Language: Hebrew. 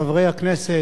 חברי הכנסת,